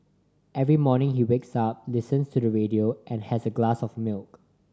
every morning he wakes up listens to the radio and has a glass of milk